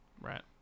Right